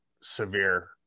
severe